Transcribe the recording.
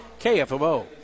KFMO